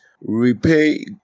repay